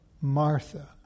Martha